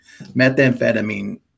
methamphetamine